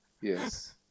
yes